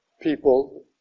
people